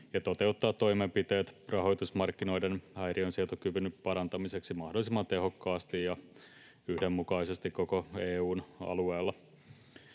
ja toteuttaa toimenpiteet rahoitusmarkkinoiden häiriönsietokyvyn parantamiseksi mahdollisimman tehokkaasti ja yhdenmukaisesti koko EU:n alueella.